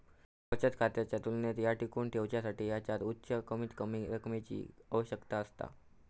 बचत खात्याच्या तुलनेत ह्या टिकवुन ठेवसाठी ह्याच्यात उच्च कमीतकमी रकमेची आवश्यकता असता